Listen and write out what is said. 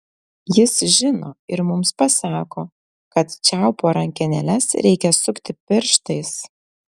jis žino ir mums pasako kad čiaupo rankenėles reikia sukti pirštais